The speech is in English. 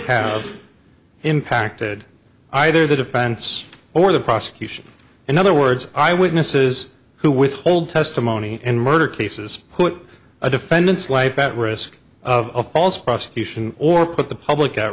have impacted either the defense or the prosecution in other words i witness is who withhold testimony in murder cases put a defendant's life at risk of also prosecution or put the public at